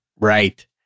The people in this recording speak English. Right